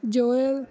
joel